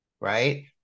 right